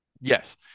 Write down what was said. Yes